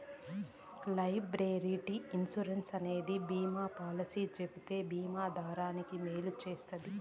liability insurance అనేది బీమా policy చెబితే బీమా దారానికి మేలు చేస్తది